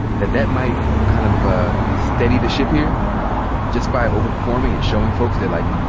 that that might kind of steady the ship here just by over-performing and showing folks that, like,